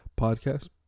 podcast